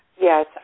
Yes